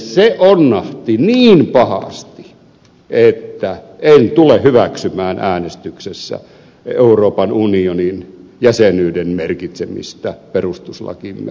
se onnahti niin pahasti että en tule hyväksymään äänestyksessä euroopan unionin jäsenyyden merkitsemistä perustuslakimme ensimmäiseen pykälään